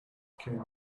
king